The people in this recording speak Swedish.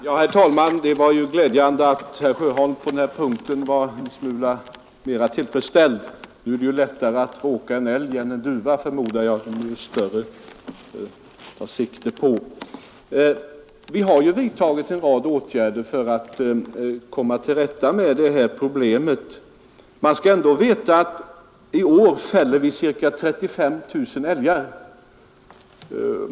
Herr talman! Det var glädjande att herr Sjöholm på den här punkten var litet mera tillfredsställd. — Nu är det ju lättare att råka en älg än en duva, förmodar jag, eftersom älgen är större och lättare att ta sikte på. Vi har vidtagit en rad åtgärder för att komma till rätta med problemet. I år fälls ca 35 000 älgar.